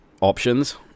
options